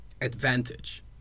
advantage